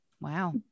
Wow